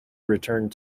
returned